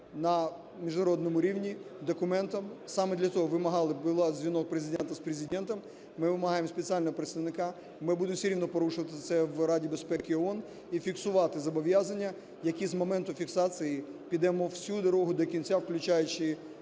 на міжнародному рівні документом. Саме для цього вимагали, …….. дзвінок президента з президентом, ми вимагаємо спеціального представника, ми будемо все рівно порушувати це в Раді безпеки ООН і фіксувати зобов'язання, які з моменту фіксації, підемо всю дорогу до кінця, включаючи